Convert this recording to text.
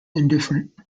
indifferent